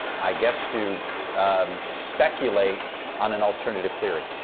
i guess, to speculate on an alternative theory?